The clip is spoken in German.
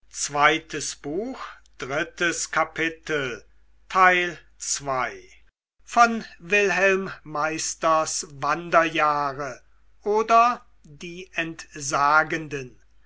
goethe wilhelm meisters wanderjahre oder die entsagenden